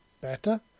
Better